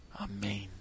Amen